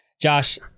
Josh